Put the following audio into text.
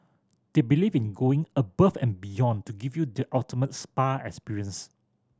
they believe in going above and beyond to give you the ultimate spa experience